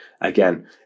again